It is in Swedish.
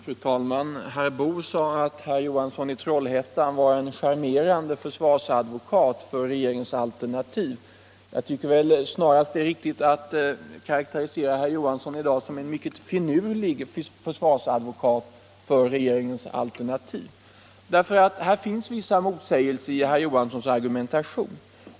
Fru talman! Herr Boo ansåg att herr Johansson i Trollhättan var en charmerande försvarsadvokat för regeringens alternativ. Jag tycker väl snarast det är riktigt att karakterisera herr Johansson som en finurlig 35 Det finns nämligen vissa motsägelser i herr Johanssons argumentation.